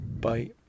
Bye